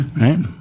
right